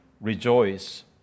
Rejoice